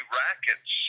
rackets